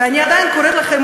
ואני עדיין קוראת לכם,